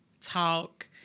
talk